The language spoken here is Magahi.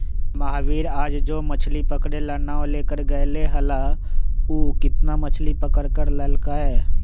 महावीर आज जो मछ्ली पकड़े ला नाव लेकर गय लय हल ऊ कितना मछ्ली पकड़ कर लल कय?